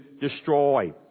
destroy